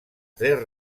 tres